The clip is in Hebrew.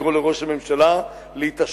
לקרוא לראש הממשלה להתעשת,